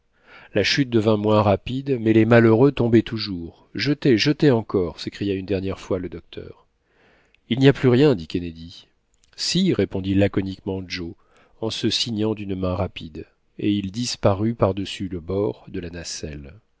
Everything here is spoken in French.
la chute devint moins rapide mais les malheureux tombaient toujours jetez jetez encore s'écria une dernière fois le docteur il n'y a plus rien dit kennedy si répondit laconiquement joe en se signant d'une main rapide et il disparut par-dessus le bord de la nacelle